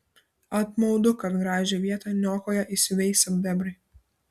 apmaudu kad gražią vietą niokoja įsiveisę bebrai